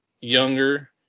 younger